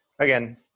again